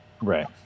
Right